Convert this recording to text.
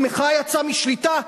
המחאה יצאה משליטה?